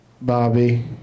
Bobby